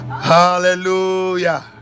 hallelujah